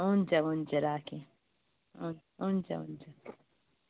हुन्छ हुन्छ राखेँ हुन्छ हुन्छ